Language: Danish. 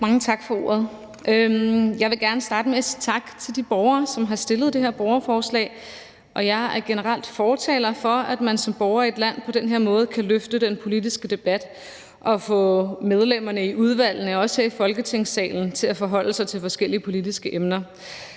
Mange tak for ordet. Jeg vil gerne starte med at sige tak til de borgere, som har stillet det her borgerforslag. Jeg er generelt fortaler for, at man som borger i et land på den her måde kan løfte den politiske debat og få medlemmerne i udvalgene og også her i Folketingssalen til at forholde sig til forskellige politiske emner.